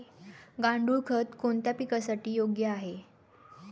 गांडूळ खत कोणत्या पिकासाठी योग्य आहे?